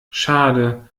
schade